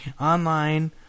online